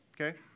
okay